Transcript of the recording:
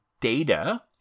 Data